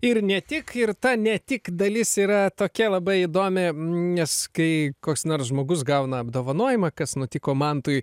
ir ne tik ir ta ne tik dalis yra tokia labai įdomi nes kai koks nors žmogus gauna apdovanojimą kas nutiko mantui